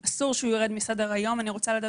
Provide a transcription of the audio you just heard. אסור שהנושא הזה ירד מסדר-היום.